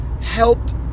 helped